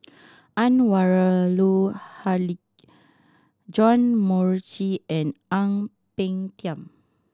Haque John Morrice and Ang Peng Tiam